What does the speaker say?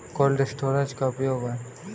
Cold storage का क्या उपयोग है?